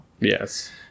Yes